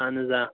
اَہن حَظ آ